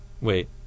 wait